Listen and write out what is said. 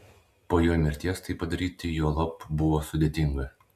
po jo mirties tai padaryti juolab buvo sudėtinga